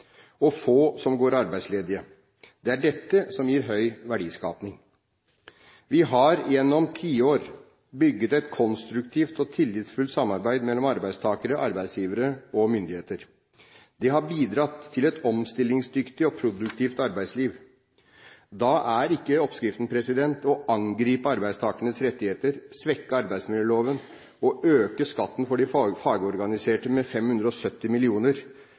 og få som går arbeidsledige. Det er dette som gir høy verdiskaping. Vi har gjennom tiår bygget et konstruktivt og tillitsfullt samarbeid mellom arbeidstakere, arbeidsgivere og myndigheter. Det har bidratt til et omstillingsdyktig og produktivt arbeidsliv. Da er ikke oppskriften å angripe arbeidstakernes rettigheter, svekke arbeidsmiljøloven og øke skatten for de fagorganiserte med 570